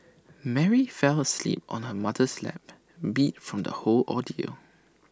Mary fell asleep on her mother's lap beat from the whole ordeal